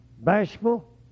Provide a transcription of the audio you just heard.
Bashful